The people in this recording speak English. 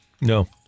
No